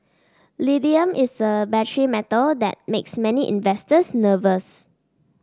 lithium is a battery metal that makes many investors nervous